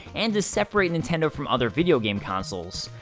and to separate nintendo from other video game consoles.